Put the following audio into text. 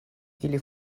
ili